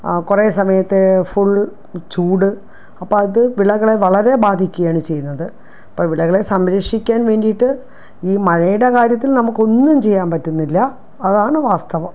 കുറേ സമയത്ത് ഫുൾ ചൂട് അപ്പം അതു വിളകളെ വളരെ ബാധിയ്ക്കയാണ് ചെയ്യുന്നത് അപ്പം വിളകളെ സംരക്ഷിക്കാൻ വേണ്ടിയിട്ട് ഈ മഴയുടെ കാര്യത്തിൽ നമുക്കൊന്നും ചെയ്യാൻ പറ്റുന്നില്ല അതാണ് വാസ്തവം